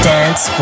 Dance